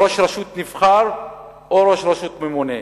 ראש רשות נבחר או ראש רשות ממונה: